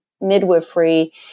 midwifery